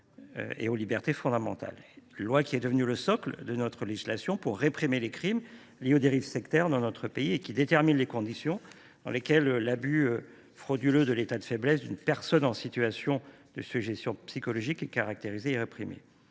les dérives sectaires. La loi About Picard est devenue le socle de notre législation visant à réprimer les crimes liés aux dérives sectaires dans notre pays. Elle détermine les conditions dans lesquelles l’abus frauduleux de l’état de faiblesse d’une personne en situation de sujétion psychologique est caractérisé et réprimé.